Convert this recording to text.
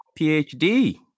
PhD